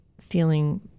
feeling